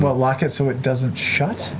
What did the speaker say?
but lock it so it doesn't shut?